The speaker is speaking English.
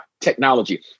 technology